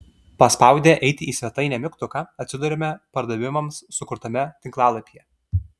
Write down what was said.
paspaudę eiti į svetainę mygtuką atsiduriame pardavimams sukurtame tinklalapyje